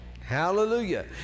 Hallelujah